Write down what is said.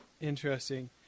Interesting